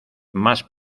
más